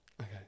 okay